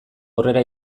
aurrera